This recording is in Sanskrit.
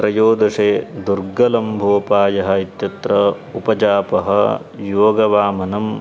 त्रयोदशे दुर्गलम्भोपायः इत्यत्र उपजापः योगवामनम्